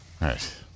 right